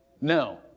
No